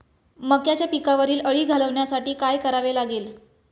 मक्याच्या पिकावरील अळी घालवण्यासाठी काय करावे लागेल?